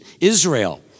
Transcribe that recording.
Israel